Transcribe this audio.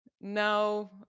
No